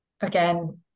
again